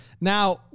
now